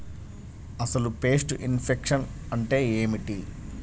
అసలు pest infection అంటే ఏమిటి?